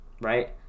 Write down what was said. right